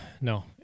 no